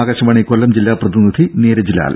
ആകാശവാണി കൊല്ലം ജില്ലാ പ്രതിനിധി നീരജ് ലാൽ